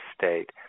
state